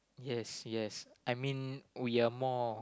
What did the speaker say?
yes yes I mean we are more